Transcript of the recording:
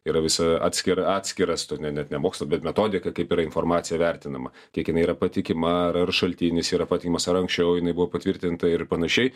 yra visa atskira atskiras toks ne ne mokslas bet metodika kaip ir informacija vertinama kiek jinai yra patikima ar šaltinis yra patyrimas ar anksčiau jinai buvo patvirtinta ir panašiai